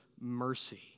mercy